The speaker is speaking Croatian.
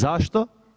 Zašto?